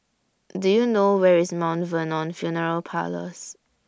Do YOU know Where IS Mount Vernon Funeral Parlours